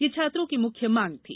यह छात्रों की मुख्य मांग थी